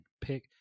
pick